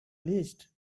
list